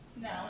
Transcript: No